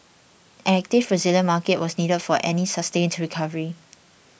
an active Brazilian market was needed for any sustained recovery